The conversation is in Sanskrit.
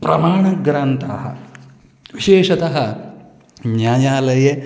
प्रमाणग्रन्थाः विशेषतः न्यायालये